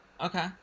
okay